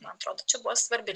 man atrodo čia buvo svarbi